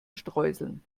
streuseln